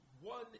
one